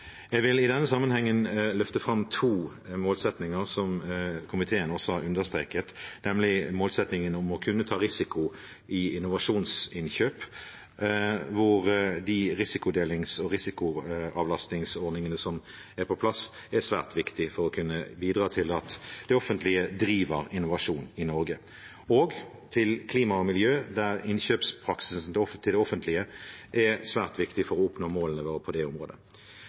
Jeg vil i denne sammenhengen løfte fram to målsettinger som komiteen også har understreket, nemlig målsettingen om å kunne ta risiko i innovasjonsinnkjøp, hvor de risikodelings- og risikoavlastingsordningene som er på plass, er svært viktige for å kunne bidra til at det offentlige driver innovasjon i Norge, og til klima og miljø, der innkjøpspraksisen til det offentlige er svært viktig for å oppnå målene våre på det området.